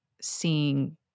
seeing